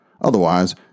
Otherwise